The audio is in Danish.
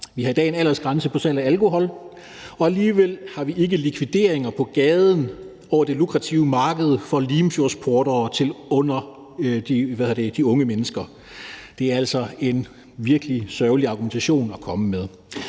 Vi har i dag en aldersgrænse på salg af alkohol, og alligevel har vi ikke likvideringer på gaden over det lukrative marked for Limfjordsportere til de unge mennesker. Det er altså en virkelig sørgelig argumentation at komme med.